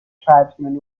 tribesman